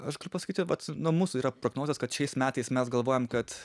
aš galiu pasakyti vat nuo mūsų yra prognozės kad šiais metais mes galvojam kad